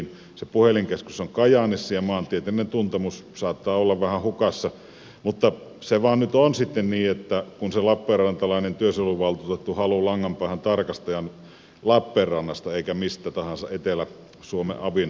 se puhelinkeskus on kajaanissa ja maantieteellinen tuntemus saattaa olla vähän hukassa mutta se vain nyt on sitten niin että se lappeenrantalainen työsuojeluvaltuutettu haluaa langan päähän tarkastajan lappeenrannasta eikä mistä tahansa etelä suomen avin alueelta